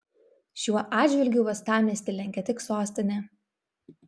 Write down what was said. šiuo atžvilgiu uostamiestį lenkia tik sostinė